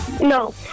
No